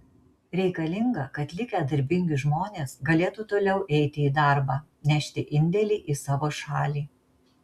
reikalinga kad likę darbingi žmonės galėtų toliau eiti į darbą nešti indėlį į savo šalį